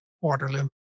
Waterloo